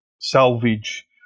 salvage